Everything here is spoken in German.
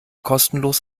kostenlos